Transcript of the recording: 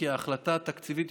כי ההחלטה התקציבית,